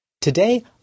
today